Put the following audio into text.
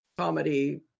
comedy